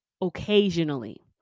occasionally